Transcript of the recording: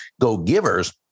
go-givers